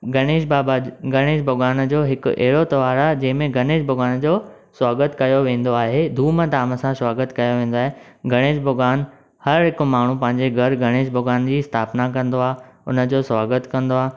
गणेश बाबा गणेश भॻवान जो हिकु अहिड़ो त्यौहार आ्हे जंहिं में गणेश भॻवान जो स्वागत कयो वेंदो आहे धूम धाम सां स्वागत कयो वेंदो आहे गणेश भॻवन हर हिकु माण्हू पंहिंजे घरु गणेश भॻवन जी स्थापना कंदो आहे हुन जो स्वागत कंदो आहे